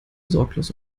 sorglos